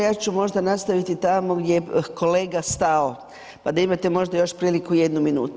Ja ću možda nastaviti tamo gdje je kolega stao pa da imate možda još priliku jednu minutu.